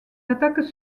attaques